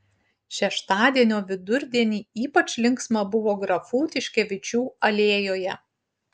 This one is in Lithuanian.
šeštadienio vidurdienį ypač linksma buvo grafų tiškevičių alėjoje